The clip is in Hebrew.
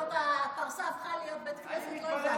הפרסה הפכה להיות בית כנסת?